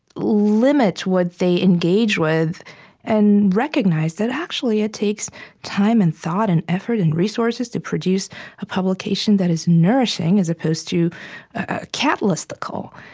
limit what they engage with and recognize that, actually, it takes time and thought and effort and resources to produce a publication that is nourishing, as opposed to a cat listicle,